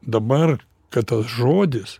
dabar kad tas žodis